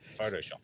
Photoshop